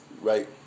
right